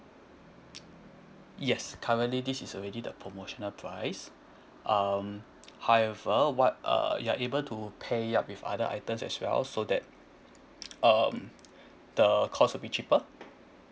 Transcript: yes currently this is already the promotional price um however what uh your are able to pay with other items as well so that um the cost would be cheaper